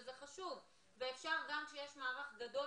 שזה חשוב ואפשר להסתמך עליהם גם כשיש מערך גדול,